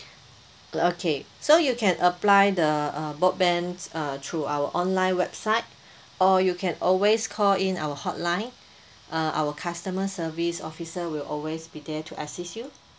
okay so you can apply the uh broadband uh through our online website or you can always call in our hotline uh our customer service officer will always be there to assist you